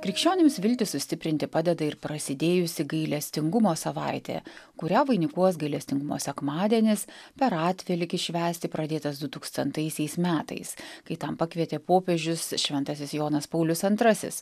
krikščionims viltis sustiprinti padeda ir prasidėjusi gailestingumo savaitė kurią vainikuos gailestingumo sekmadienis per atvelykį švęsti pradėtas dutūkstantaisiais metais kai tam pakvietė popiežius šventasis jonas paulius antrasis